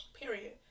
Period